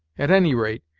at any rate,